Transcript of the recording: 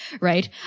Right